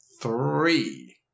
three